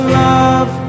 love